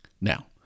Now